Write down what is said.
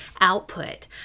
output